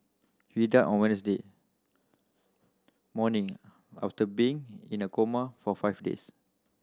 he died on Wednesday morning after being in a coma for five days